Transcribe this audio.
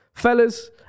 Fellas